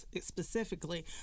specifically